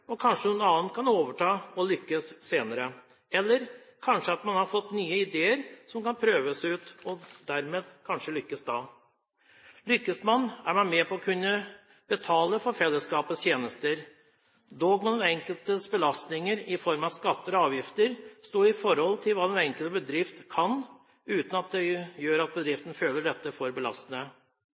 prøvd. Kanskje noen andre kan overta og lykkes senere, eller kanskje har man fått nye ideer som kan prøves ut, og dermed kanskje lykkes da. Lykkes man, er man med på å kunne betale for fellesskapets tjenester, dog må den enkeltes belastninger i form av skatter og avgifter stå i forhold til hva den enkelte bedrift kan, uten at bedriften føler dette for belastende.